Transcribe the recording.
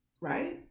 right